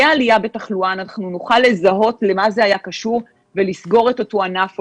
עלייה בתחלואה אנחנו נוכל לזהות למה זה היה קשור ולסגור את אותו ענף,